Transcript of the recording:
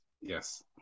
Yes